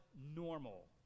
normal